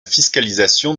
fiscalisation